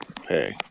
hey